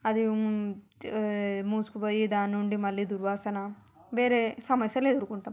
అది మూసుకుపోయి దానినుండి మళ్ళీ దుర్వాసన వేరే సమస్యలు ఎదురుకుంటాం